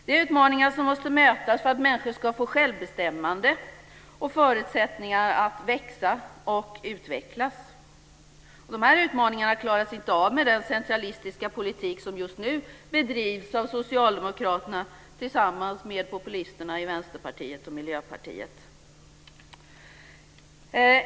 Det är utmaningar som måste mötas för att människor ska få självbestämmande och förutsättningar att växa och utvecklas. Dessa utmaningar klaras inte av med den centralistiska politik som just nu bedrivs av socialdemokraterna tillsammans med populisterna i Vänsterpartiet och Miljöpartiet.